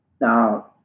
Now